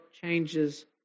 changes